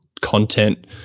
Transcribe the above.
content